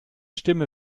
stimme